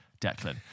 Declan